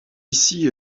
ici